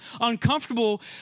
uncomfortable